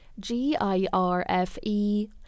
GIRFE